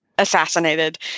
assassinated